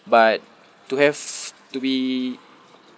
but to have to be